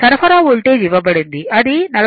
సరఫరా వోల్టేజ్ ఇవ్వబడింది ఇది 43